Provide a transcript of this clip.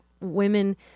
women